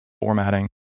formatting